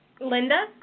Linda